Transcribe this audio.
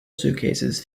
suitcases